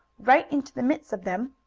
right into the midst of them,